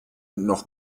noch